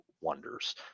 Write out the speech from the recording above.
wonders